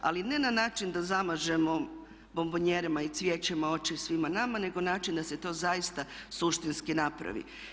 Ali ne na način da zamažemo bombonjerama i cvijećem oči svima nama nego na način da se to zaista suštinski napravi.